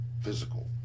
physical